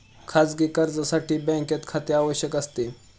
खाजगी कर्जासाठी बँकेत खाते आवश्यक असते